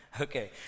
Okay